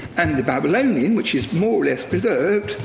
and the babylonian, which is more or less preserved,